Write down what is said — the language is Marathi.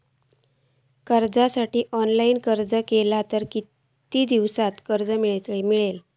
कर्जा खातीत ऑनलाईन अर्ज केलो तर कितक्या दिवसात कर्ज मेलतला?